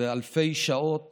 אלפי שעות